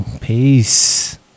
Peace